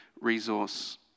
resource